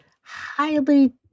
highly